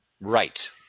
Right